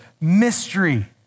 mystery